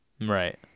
Right